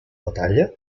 batalla